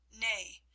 Nay